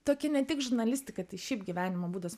tokia ne tik žurnalistika tai šiaip gyvenimo būdas